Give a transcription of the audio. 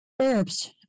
Herbs